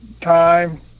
time